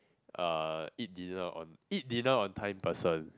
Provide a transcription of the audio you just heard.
uh eat dinner on eat dinner on time person